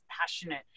passionate